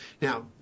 Now